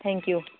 thank you